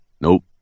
Nope